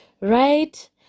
right